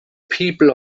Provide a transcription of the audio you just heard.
people